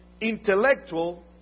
intellectual